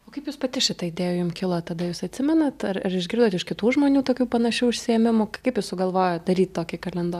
o kaip jūs pati šita idėja jum kilo tada jūs atsimenat ar išgirdote iš kitų žmonių tokių panašių užsiėmimų kaip jūs sugalvojot daryti tokį kalendorių